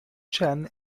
chen